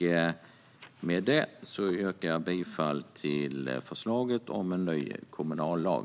Med det yrkar jag bifall till förslaget om en ny kommunallag.